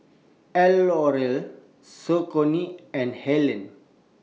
L'Oreal Saucony and Helen